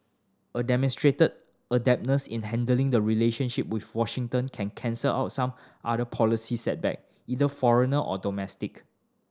a demonstrated adeptness in handling the relationship with Washington can cancel out some other policy setback either foreigner or domestic